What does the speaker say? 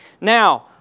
Now